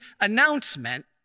announcement